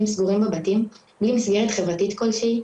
סגורים בבתים בלי מסגרת חברתית כלשהי,